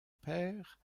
père